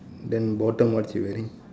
then bottom what she wearing